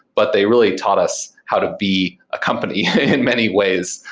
but they really taught us how to be a company in many ways.